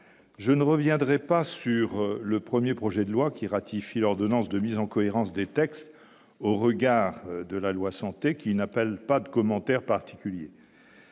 je ne reviendrai pas sur le 1er projet de loi qui ratifie l'ordonnance de mise en cohérence des textes au regard de la loi santé qui n'appelle pas de commentaire particulier.